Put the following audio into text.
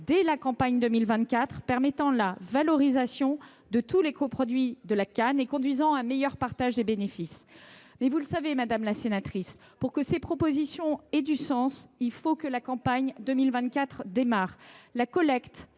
dès la campagne 2024 permettant la valorisation de tous les coproduits de la canne et conduisant à un meilleur partage des bénéfices. Pour autant, madame la sénatrice, pour que ces propositions aient du sens, il est impératif que la campagne de 2024 démarre. La collecte